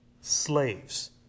slaves